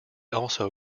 also